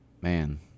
man